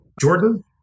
Jordan